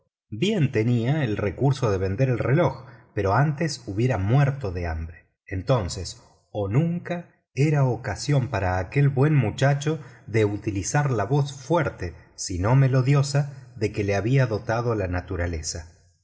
bien tenía el recurso de vender el reloj pero antes hubiera muerto de hambre entonces o nunca era ocasión para aquel buen muchacho de utilizar la voz fuerte si no melodiosa de que le había dotado la naturaleza